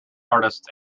artists